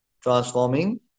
transforming